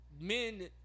Men